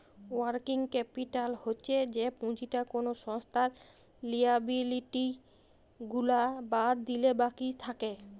working capital হচ্ছ যে পুঁজিটা কোলো সংস্থার লিয়াবিলিটি গুলা বাদ দিলে বাকি থাক্যে